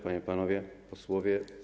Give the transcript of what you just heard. Panie i Panowie Posłowie!